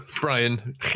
Brian